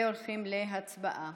הצבעה.